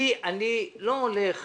אני לא הולך